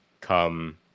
come